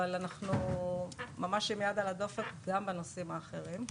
אבל אנחנו ממש עם היד על הדופק גם בנושאים האחרים.